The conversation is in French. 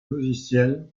logiciel